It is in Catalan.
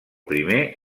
primer